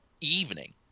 evening